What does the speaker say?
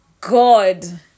God